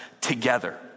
together